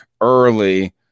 early